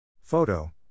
Photo